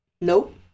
Nope